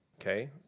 okay